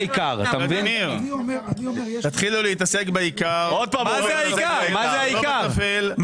ולדימיר, תתחילו להתעסק בעיקר ולא בטפל.